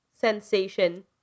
sensation